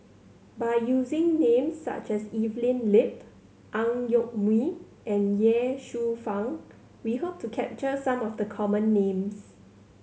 by using names such as Evelyn Lip Ang Yoke Mooi and Ye Shufang we hope to capture some of the common names